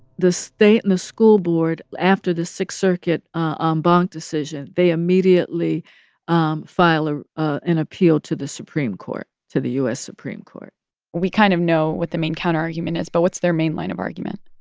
the state and the school board after the sixth circuit en um banc decision, they immediately um file ah an appeal to the supreme court, to the u s. supreme court we kind of know what the main counterargument is. but what's their main line of argument?